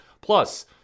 plus